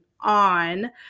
on